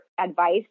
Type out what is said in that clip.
advice